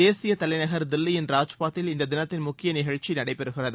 தேசியத் தலைநகர் தில்லியின் ராஜ்பாத்தில் இந்த தினத்தின் முக்கிய நிகழ்ச்சி நடைபெறுகிறது